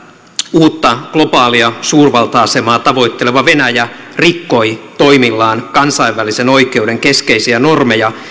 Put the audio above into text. uutta globaalia suurvalta asemaa tavoitteleva venäjä rikkoi toimillaan kansainvälisen oikeuden keskeisiä normeja